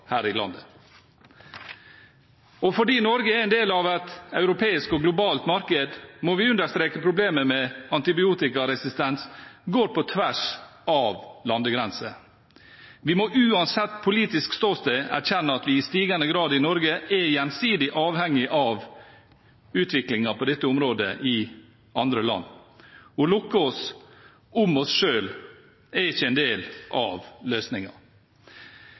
her i landet. Fordi Norge er en del av et europeisk og globalt marked, må vi understreke at problemet med antibiotikaresistens går på tvers av landegrenser. Vi må uansett politisk ståsted erkjenne at vi i stigende grad i Norge er gjensidig avhengig av utviklingen på dette området i andre land. Å lukke oss om oss selv er ikke en del av